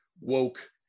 woke